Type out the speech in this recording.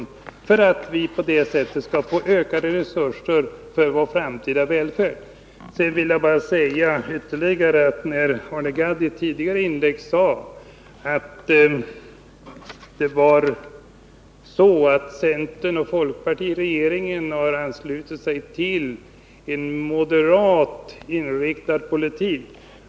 Vi anser att man på det sättet skall få ökade resurser för vår framtida välfärd. Arne Gadd sade i ett tidigare inlägg att centern och folkpartiet i regeringen har anslutit sig till en moderat inriktad politik.